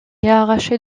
arraché